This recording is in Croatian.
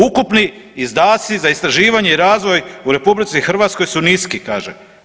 Ukupni izdaci za istraživanje i razvoj u RH su niski kaže.